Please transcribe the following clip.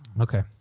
okay